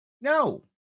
No